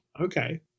Okay